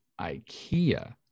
IKEA